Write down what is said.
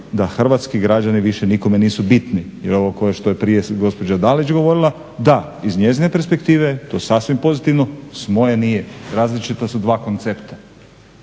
da hrvatski građani više nikome nisu bitni jer ovo što je prije gospođa Dalić govorila da, iz njezine perspektive to sasvim pozitivno, s moje nije. Različita su dva koncepta.